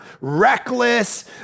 reckless